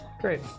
Great